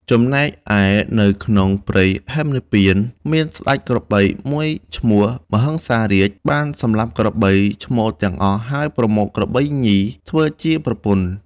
ចំណែកឯនៅក្នុងព្រៃហេមពាន្ត មានស្ដេចក្របីមួយឈ្មោះ មហិង្សារាជ បានសម្លាប់ក្របី ឈ្មោលទាំងអស់ ហើយប្រមូលក្របីញីធ្វើជាប្រពន្ធ។